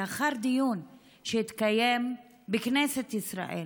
לאחר דיון שהתקיים בכנסת ישראל